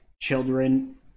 children